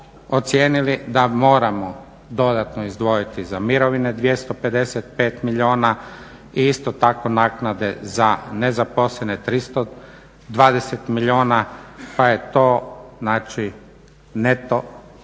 ocijenili da moramo dodatno izdvojiti za mirovine 255 milijuna i isto tako naknade za nezaposlene 320 milijuna pa je to znači